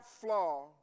flaw